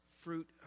fruit